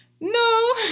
No